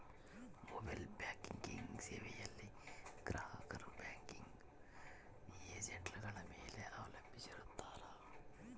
mobile banking ಸೇವೆಯಲ್ಲಿ ಗ್ರಾಹಕರು banking ಏಜೆಂಟ್ಗಳ ಮೇಲೆ ಅವಲಂಬಿಸಿರುತ್ತಾರ